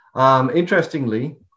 Interestingly